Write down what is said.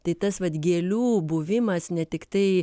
tai tas vat gėlių buvimas ne tiktai